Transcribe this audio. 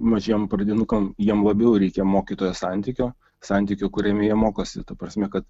mažiem pradinukam jiem labiau reikia mokytojo santykio santykio kuriame jie mokosi ta prasme kad